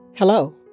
Hello